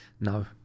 no